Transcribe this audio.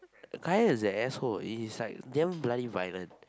Kai-Yan is an asshole he's like damn bloody violent